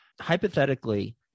hypothetically